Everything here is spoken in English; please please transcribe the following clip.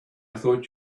thought